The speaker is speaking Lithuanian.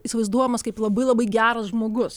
įsivaizduojamas kaip labai labai geras žmogus